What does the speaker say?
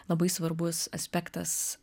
labai svarbus aspektas